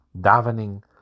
davening